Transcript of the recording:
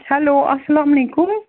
hello اَسلامُ علیکُم